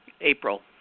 April